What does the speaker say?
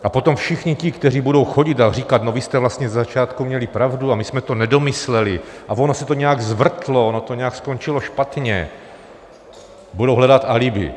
A potom všichni ti, kteří budou chodit a říkat: No, vy jste vlastně ze začátku měli pravdu a my jsme to nedomysleli, a ono se to nějak zvrtlo, ono to nějak skončilo špatně budou hledat alibi.